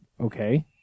okay